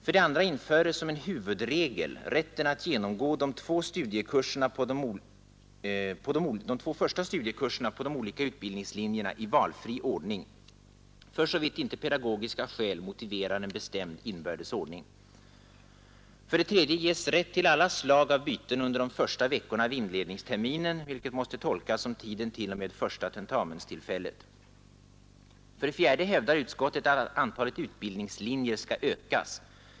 För det andra införes som en huvudregel rätten att genomgå de två första studiekurserna på de olika utbildningslinjerna i valfri ordning, för så vitt inte pedagogiska skäl motiverar en bestämd inbördes ordning. För det tredje ges rätt till alla slag av byten under de första veckorna av inledningsterminen, vilket måste tolkas som tiden t.o.m. första tentamenstillfället. För det fjärde hävdar utskottet att antalet utbildningslinjer skall ökas.